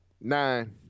Nine